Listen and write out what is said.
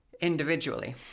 individually